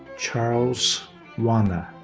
charles wanna.